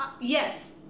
Yes